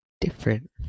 different